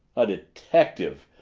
a detective,